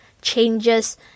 changes